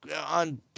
on